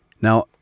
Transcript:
now